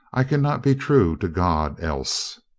i can not be true to god else.